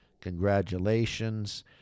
congratulations